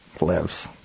lives